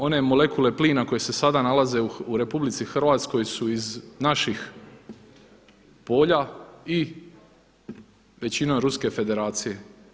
One molekule plina koje se sada nalaze u RH su iz naših polja i većina Ruske federacije.